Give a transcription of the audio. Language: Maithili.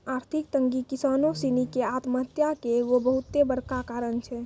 आर्थिक तंगी किसानो सिनी के आत्महत्या के एगो बहुते बड़का कारण छै